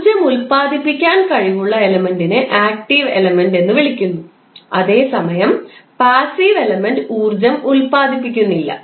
ഊർജ്ജം ഉൽപാദിപ്പിക്കാൻ കഴിവുള്ള എലമെൻറിനെ ആക്ടീവ് എലമെൻറ് എന്ന് വിളിക്കുന്നു അതേസമയം പാസീവ് എലമെൻറ് ഊർജ്ജം ഉൽപാദിപ്പിക്കുന്നില്ല